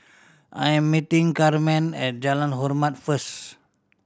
I am meeting Carmen at Jalan Hormat first